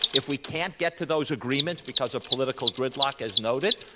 if we can't get to those agreements because of political gridlock, as noted,